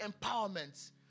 empowerment